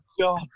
God